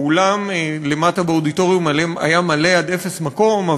האולם למטה באודיטוריום היה מלא עד אפס מקום,